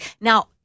Now